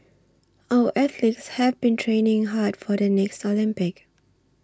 our athletes have been training hard for the next Olympics